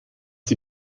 sie